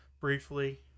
briefly